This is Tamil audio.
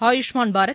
ஆயுஷ்மான் பாரத்